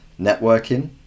Networking